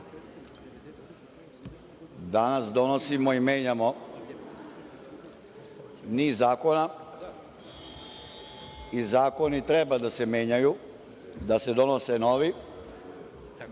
danas donosimo i menjamo niz zakona i zakoni treba da se menjaju, da se donose novi,